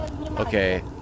okay